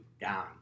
down